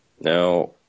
now